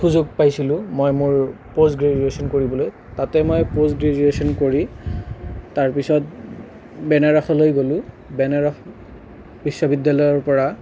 সুযোগ পাইছিলোঁ মই মোৰ পষ্ট গ্ৰেজুয়েশ্যন কৰিবলৈ তাতে মই পষ্ট গ্ৰেজুয়েশ্যন কৰি তাৰ পিছত বেনাৰসলৈ গ'লোঁ বেনাৰস বিশ্ববিদ্যালয়ৰ পৰা